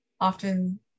often